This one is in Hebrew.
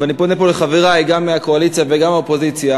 ואני פונה פה לחברי גם מהקואליציה וגם מהאופוזיציה,